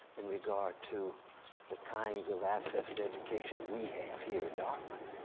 in regard to the kinds of access to education we have here at dartmouth.